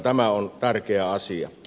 tämä on tärkeä asia